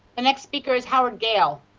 and next speaker is howard gail.